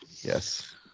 yes